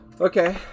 Okay